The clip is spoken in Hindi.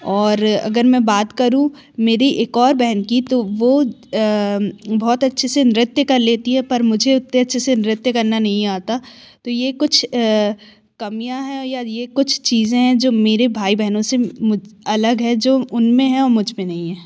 और अगर मैं बात करूँ मेरी एक और बहन की तो वो बहुत अच्छे से नृत्य कर लेती है अपर मुझे उतने अच्छे से नृत्य करना नहीं आता तो ये कुछ कमियाँ हैं या ये कुछ चीज़ें हैं जो मेरे भाई बहनों से अलग है जो उनमें हैं और मुझमें नहीं हैं